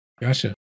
Gotcha